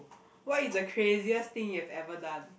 what is the craziest thing you have ever done